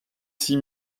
six